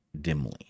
dimly